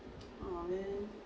oh man